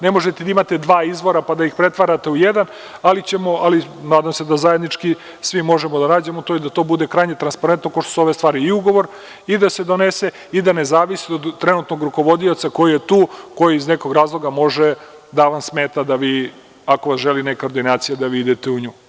Ne možete da imate dva izvora, pa da ih pretvarate u jedan, ali ćemo, nadam se da zajednički svi možemo da nađemo to i da to bude krajnje transparentno kao što su ove stvari, i ugovor, i da se donese i da nezavisno od trenutnog rukovodioca koji je tu, koji iz nekog razloga može da vam smeta ako želi neka ordinacija da vi idete u nju.